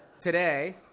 Today